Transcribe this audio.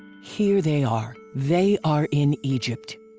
here they are. they are in egypt.